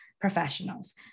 professionals